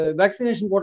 vaccination